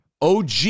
OG